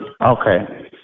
Okay